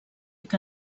que